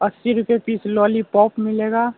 اسی روپئے piece lollipop ملے گا